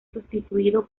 sustituido